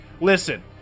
listen